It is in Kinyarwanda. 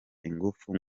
ingufu